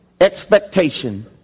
Expectation